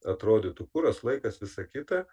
atrodytų kuras laikas visa kita